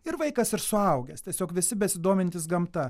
ir vaikas ir suaugęs tiesiog visi besidomintys gamta